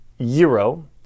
Euro